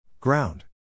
ground